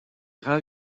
rend